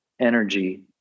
energy